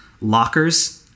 lockers